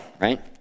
right